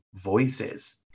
voices